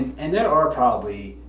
and there are probably.